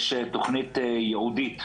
יש תוכנית ייעודית